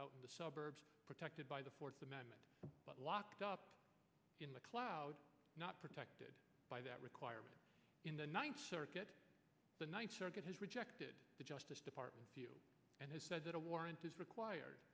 out in the suburbs protected by the fourth amendment but locked up in the cloud not protected by that requirement in the ninth circuit the ninth circuit has rejected the justice department and has said that a warrant is required